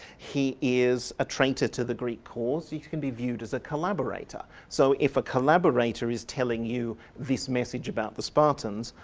he is a traitor to the greek cause, he can be viewed as a collaborator. so if a collaborator is telling you this message about the spartans,